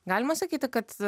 galima sakyti kad